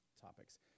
topics